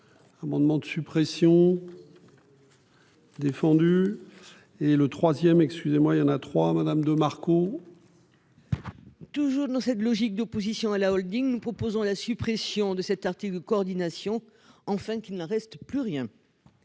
Amendements de suppression. Le. Défendu. Et le 3ème excusez-moi il y en a trois. Madame de Marco. Toujours dans cette logique d'opposition à la Holding, nous proposons la suppression de cet article coordination enfin qu'il ne reste plus rien.